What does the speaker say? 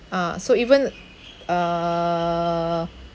ah so even err